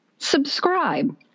Subscribe